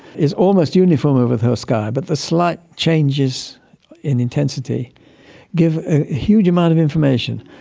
it's almost uniform over the so sky, but the slight changes in intensity give a huge amount of information.